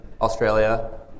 Australia